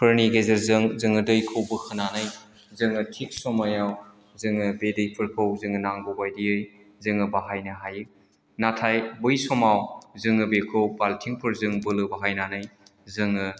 फोरनि गेजेरजों जोङो दैखौ बोखोनानै जोङो थिग समायाव जोङो बे दैखौफोरखौ जोङो नांगौबायदियै जोङो बाहायनो हायो नाथाय बै समाव जोङो बेखौ बाल्थिंफोरजों बोलो बाहायनानै जोङो